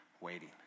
waiting